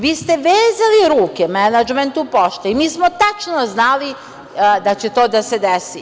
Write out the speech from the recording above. Vi ste vezali ruke menadžmentu pošte i mi smo tačno znali da će to da se desi.